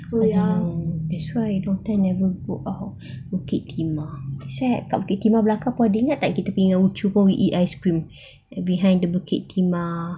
oh that's why long time never go out bukit timah kat bukit timah belakang ingat tak yang ucu go eat ice cream behind the bukit timah